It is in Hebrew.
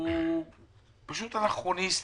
הוא אנכרוניסטי.